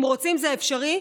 אם רוצים זה אפשרי.